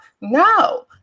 No